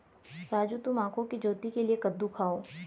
राजू तुम आंखों की ज्योति के लिए कद्दू खाओ